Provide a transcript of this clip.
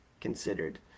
considered